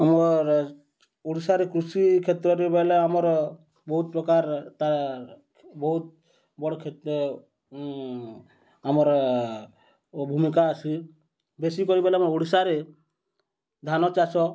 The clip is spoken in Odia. ଆମର୍ ଓଡ଼ିଶାରେ କୃଷି କ୍ଷେତ୍ରରେ ବେଲେ ଆମର୍ ବହୁତ୍ ପ୍ରକାର୍ ତା'ର୍ ବହୁତ୍ ବଡ଼୍ ଆମର୍ ଭୂମିକା ଅଛି ବେଶୀକରି ବେଲେ ଆମର୍ ଓଡ଼ିଶାରେ ଧାନ ଚାଷ